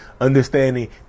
understanding